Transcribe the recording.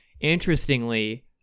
Interestingly